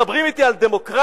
מדברים אתי על דמוקרטיה?